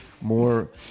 more